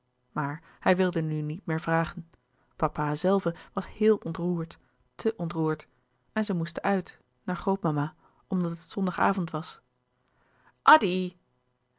maar hij wilde nu niet meer vragen papa zelve was heel ontroerd te ontroerd en zij moesten uit naar grootmama omdat het zondag avond was addy